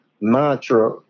mantra